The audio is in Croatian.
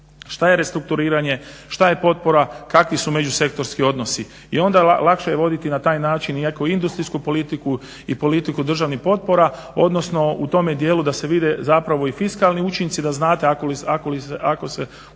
što je restrukturiranje, šta je potpora, kakvi su međusektorski odnosi. I onda lakše je voditi na taj način i neku industrijsku politiku i politiku državnih potpora, odnosno u tome dijelu da se vide zapravo i fiskalni učinci da znate ako se u